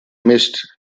mist